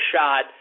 shot